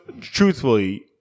truthfully